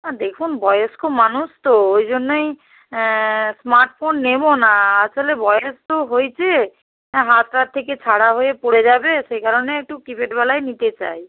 ও দেখুন বয়স্ক মানুষ তো ওই জন্যই স্মার্টফোন নেবো না আসলে বয়স তো হয়েচে হাত টাত থেকে ছাড়া হয়ে পড়ে যাবে সেই কারণে একটু কিপ্যাড ওয়ালাই নিতে চাই